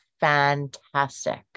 fantastic